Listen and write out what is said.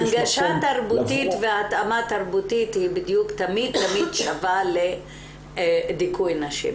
הנגשה תרבותית והתאמה תרבותית היא תמיד שווה לדיכוי נשים.